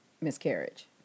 miscarriage